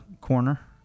corner